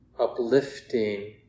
uplifting